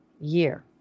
year